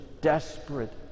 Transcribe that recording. desperate